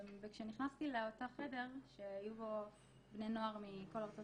וכשנכנסתי לאותו חדר שהיו בו בני נוער מכל ארצות